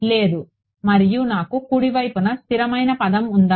లేదు మరియు నాకు కుడి వైపున స్థిరమైన పదం ఉందా